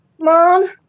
mom